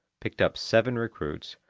picked up seven recruits,